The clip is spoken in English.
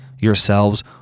yourselves